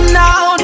now